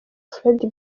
fred